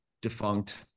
defunct